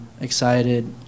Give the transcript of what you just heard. excited